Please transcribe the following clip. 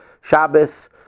Shabbos